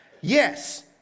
Yes